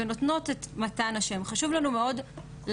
בגלל המציאות המאוד מתפתחת והדינמית.